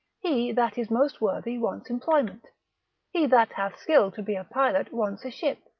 he that is most worthy wants employment he that hath skill to be a pilot wants a ship,